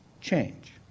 change